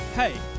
Hey